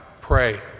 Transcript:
Pray